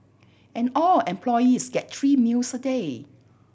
and all employees get three meals a day